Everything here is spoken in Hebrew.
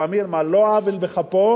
לפעמים על לא עוול בכפו,